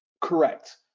Correct